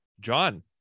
john